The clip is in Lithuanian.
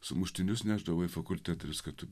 sumuštinius nešdavo į fakultetą viską tu